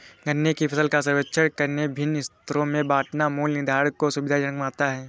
गन्ने की फसल का सर्वेक्षण करके विभिन्न स्तरों में बांटना मूल्य निर्धारण को सुविधाजनक बनाता है